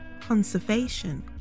conservation